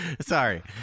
Sorry